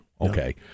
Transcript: Okay